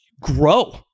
grow